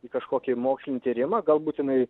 į kažkokį mokslinį tyrimą gal būt jinai